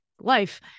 life